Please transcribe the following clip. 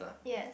yes